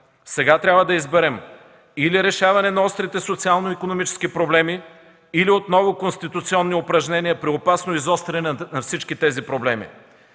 Сега трябва да изберем или решаване на острите социално- икономически проблеми, или отново конституционни упражнения при опасно изостряне на всички тези проблеми.